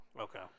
Okay